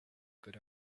good